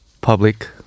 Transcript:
public